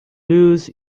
lose